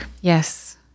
Yes